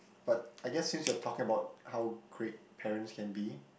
but I guess since you are talking about how great parents can be